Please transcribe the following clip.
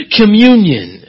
communion